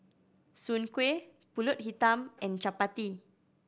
Soon Kuih Pulut Hitam and chappati